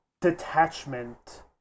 detachment